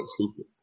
stupid